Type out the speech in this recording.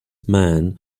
man